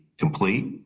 complete